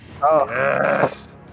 yes